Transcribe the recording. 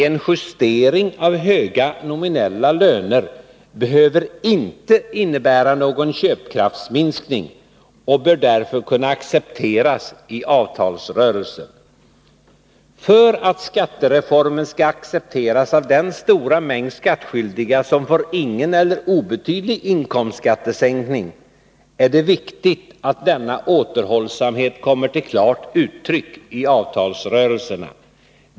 En justering av höga nominella löner behöver inte innebära någon köpkraftsminskning och bör därför kunna accepteras i avtalsrörelsen. För att skattereformen skall accepteras av den stora mängd skattskyldiga som får ingen eller obetydlig inkomstskattesänkning är det viktigt att denna återhållsamhet kommer till klart uttryck i avtalsrörelserna.